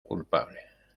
culpable